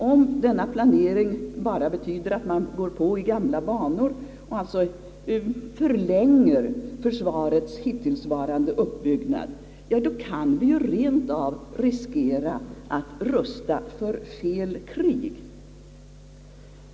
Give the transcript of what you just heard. Om denna planering bara betyder att man går på i gamla banor och alltså förlänger försvarets hittillsvarande uppbyggnad, kan vi riskera att rusta för fel krig.